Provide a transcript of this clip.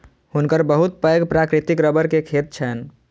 हुनकर बहुत पैघ प्राकृतिक रबड़ के खेत छैन